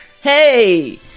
Hey